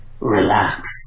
relax